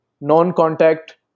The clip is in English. non-contact